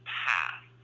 path